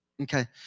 Okay